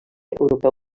europeu